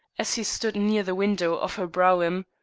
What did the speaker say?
as he stood near the window of her brougham.